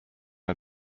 are